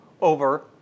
over